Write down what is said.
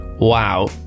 wow